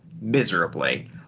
miserably